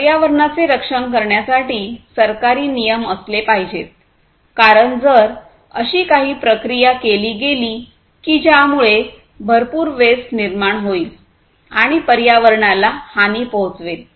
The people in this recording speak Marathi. पर्यावरणाचे रक्षण करण्यासाठी सरकारी नियम असले पाहिजेत कारण जर अशी काही प्रक्रिया केली गेली की ज्यामुळे भरपूर वेस्ट निर्माण होईल आणि पर्यावरणाला हानी पोहचवेल